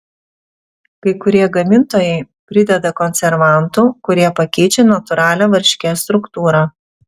kai kurie gamintojai prideda konservantų kurie pakeičią natūralią varškės struktūrą